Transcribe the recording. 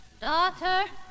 Daughter